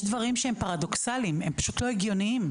יש דברים שהם פרדוקסליים, הם פשוט לא הגיוניים.